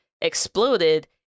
exploded